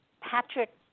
patrick